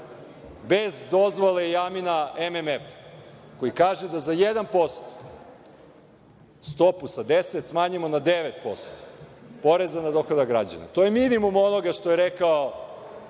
bez dozvole i amina MMF-a, koji kaže da za 1% stopu sa 10 smanjimo na 9% poreza na dohodak građana. To je minimum onoga što je rekao